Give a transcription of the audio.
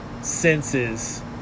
senses